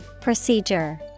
Procedure